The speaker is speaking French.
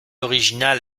originale